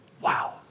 wow